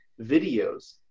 videos